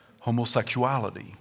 Homosexuality